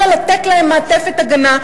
אלא לתת להם מעטפת הגנה.